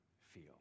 feel